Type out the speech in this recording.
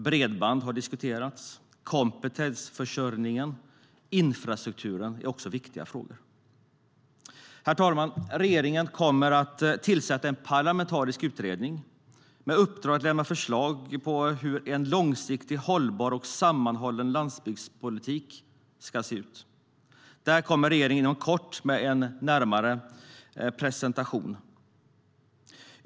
Bredband har också diskuterats liksom kompetensförsörjning och infrastruktur. Det är viktiga frågor. Regeringen kommer att tillsätta en parlamentarisk utredning med uppdrag att lämna förslag till hur en långsiktigt hållbar och sammanhållen landsbygdspolitik ska se ut. Där kommer regeringen inom kort med en närmare presentation.